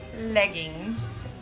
leggings